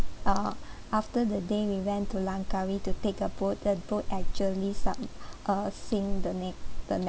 uh after the day we went to langkawi to take a boat the boat actually sub~ uh sink the ne~ the